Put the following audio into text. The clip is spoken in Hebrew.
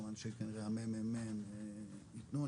גם אנשי המ.מ.מ יתנו,